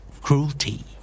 Cruelty